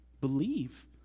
believe